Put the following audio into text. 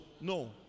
No